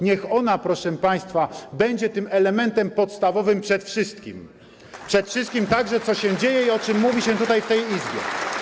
Niech ona, proszę Państwa, będzie tym elementem podstawowym przed wszystkim, także przed wszystkim, co się dzieje i o czym mówi się tutaj, w tej Izbie.